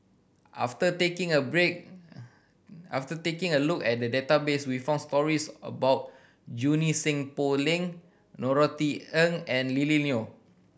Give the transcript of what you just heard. after taking a break after taking a look at the database we found stories about Junie Sng Poh Leng Norothy Ng and Lily Neo